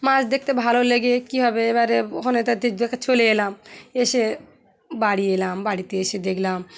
মাছ দেখতে ভালো লেগে কী হবে এবারে ওখানে তাদের চলে এলাম এসে বাড়ি এলাম বাড়িতে এসে দেখলাম